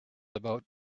about